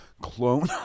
clone